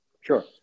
Sure